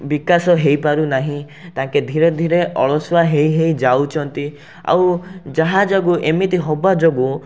ବିକାଶ ହେଇପାରୁନାହିଁ ତାଙ୍କେ ଧିରେ ଧିରେ ଅଳସୁଆ ହେଇ ହେଇ ଯାଉଛନ୍ତି ଆଉ ଯାହା ଯୋଗୁଁ ଏମିତି ହେବା ଯୋଗୁଁ